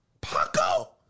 Paco